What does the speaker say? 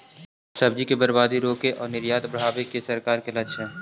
सब्जि के बर्बादी रोके आउ निर्यात बढ़ावे के सरकार के लक्ष्य हइ